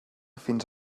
fins